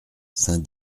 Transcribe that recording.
saint